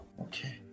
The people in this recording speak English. okay